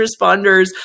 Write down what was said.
responders